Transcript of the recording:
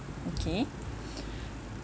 okay